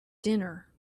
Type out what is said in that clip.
dinner